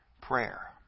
prayer